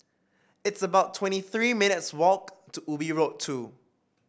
it's about twenty three minutes' walk to Ubi Road Two